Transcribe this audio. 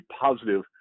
positive